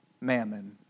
mammon